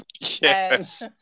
yes